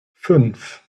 fünf